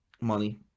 money